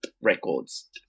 records